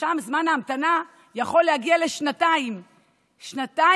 שם זמן ההמתנה יכול להגיע לשנתיים תמימות.